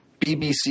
BBC